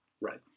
Right